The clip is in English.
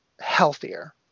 healthier